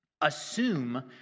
Assume